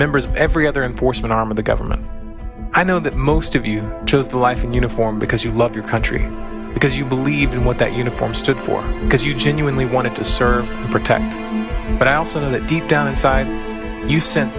members of every other enforcement arm of the government i know that most of you chose the life in uniform because you love your country because you believed in what that uniform stood for because you genuinely wanted to serve and protect but i also know that deep down inside you sen